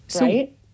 Right